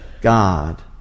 god